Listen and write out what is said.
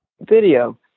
video